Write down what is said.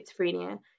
schizophrenia